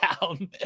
down